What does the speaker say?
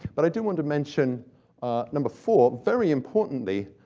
but i do want to mention number four, very importantly,